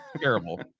Terrible